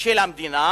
של המדינה,